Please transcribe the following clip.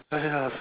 !aiya!